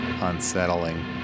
unsettling